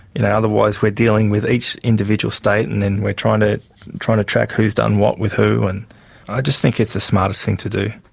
yeah otherwise we're dealing with each individual state and then we're trying to trying to track who's done what with who, and i just think it's the smartest thing to do.